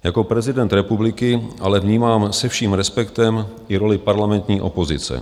Jako prezident republiky ale vnímám se vším respektem i roli parlamentní opozice.